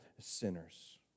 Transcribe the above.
sinners